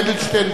אדלשטיין,